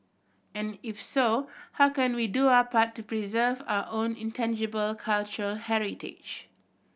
and if so how can we do our part to preserve our own intangible cultural heritage